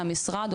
המשרד,